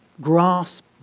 grasp